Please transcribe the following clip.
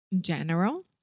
general